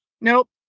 nope